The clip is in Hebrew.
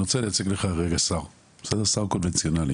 אני רוצה להציג לך שר, שר קונבנציונלי.